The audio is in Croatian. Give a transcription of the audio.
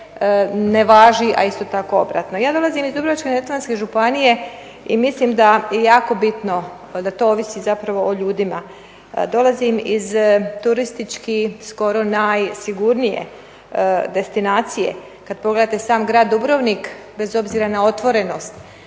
ne važi, a isto tako i obratno. Ja dolazim iz Dubrovačko-neretvanske županije i mislim da je jako bitno, da to ovisi zapravo o ljudima. Dolazim iz turistički skoro najsigurnije destinacije. Kad pogledate sam grad Dubrovnik, bez obzira na otvorenost